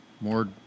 more